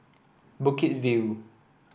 Bukit View